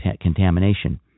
contamination